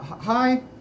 hi